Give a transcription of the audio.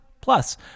Plus